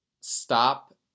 stop